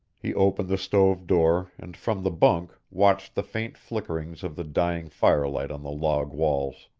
he opened the stove door and from the bunk watched the faint flickerings of the dying firelight on the log walls.